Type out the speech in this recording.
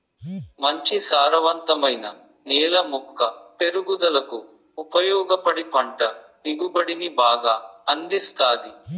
మంచి సారవంతమైన నేల మొక్క పెరుగుదలకు ఉపయోగపడి పంట దిగుబడిని బాగా అందిస్తాది